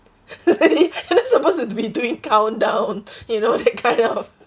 we not supposed to be doing countdown you know that kind of